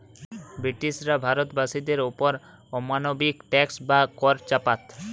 ব্রিটিশরা ভারতবাসীদের ওপর অমানবিক ট্যাক্স বা কর চাপাত